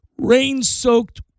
rain-soaked